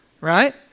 right